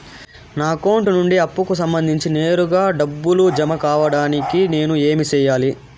నా అకౌంట్ నుండి అప్పుకి సంబంధించి నేరుగా డబ్బులు జామ కావడానికి నేను ఏమి సెయ్యాలి?